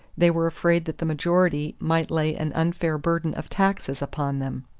they were afraid that the majority might lay an unfair burden of taxes upon them.